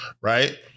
Right